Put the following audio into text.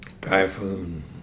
typhoon